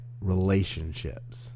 relationships